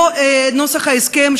לא נוסח ההסכם,